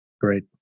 Great